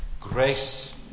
grace